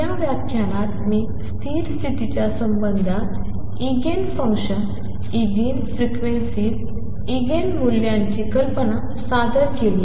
तर या व्याख्यानात मी स्थिर स्तिथीच्या संबंधात इगेन फंक्शन्सइगेन फ्रिक्वेन्सीज इगेन मूल्यांची कल्पना सादर केले आहे